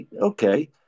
okay